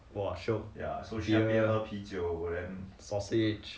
!wow! shiok beer sausage